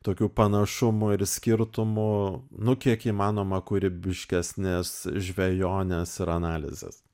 tokių panašumų ir skirtumų nu kiek įmanoma kūrybiškesnės žvejonės ir analizės